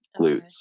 glutes